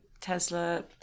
Tesla